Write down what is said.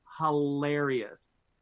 hilarious